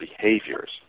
behaviors